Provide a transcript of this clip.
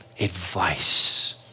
advice